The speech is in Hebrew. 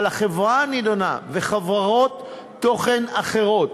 אבל החברה הנדונה וחברות תוכן אחרות,